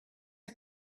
are